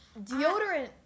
Deodorant